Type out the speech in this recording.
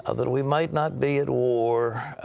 ah that we might not be at war,